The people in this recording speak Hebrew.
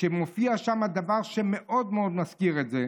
מופיע שם דבר שמאוד מאוד מזכיר את זה.